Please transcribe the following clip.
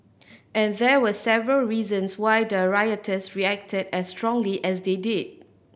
and there were several reasons why the rioters reacted as strongly as they did